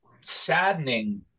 saddening